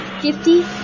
fifty